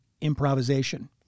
improvisation